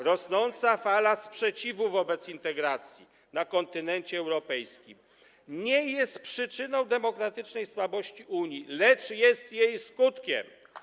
Rosnąca fala sprzeciwu wobec integracji na kontynencie europejskim nie jest przyczyną demokratycznej słabości Unii, lecz jest jej skutkiem.